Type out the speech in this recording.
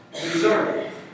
deserve